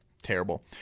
terrible